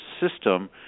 system